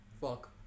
fuck